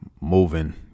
moving